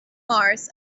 mars